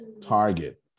Target